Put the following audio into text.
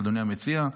אדוני המציע,